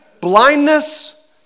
blindness